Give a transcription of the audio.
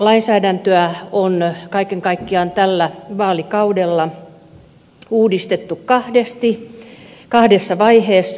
kuvaohjelmalainsäädäntöä on kaiken kaikkiaan tällä vaalikaudella uudistettu kahdessa vaiheessa